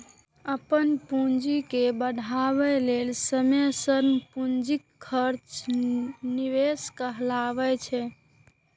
अपन पूंजी के बढ़ाबै लेल समय, श्रम, पूंजीक खर्च निवेश कहाबै छै